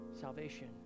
salvation